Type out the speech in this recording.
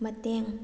ꯃꯇꯦꯡ